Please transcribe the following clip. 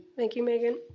thank you, megan.